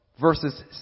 verses